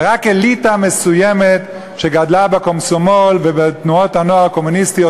ורק אליטה מסוימת שגדלה בקומסומול ובתנועות הנוער הקומוניסטיות,